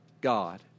God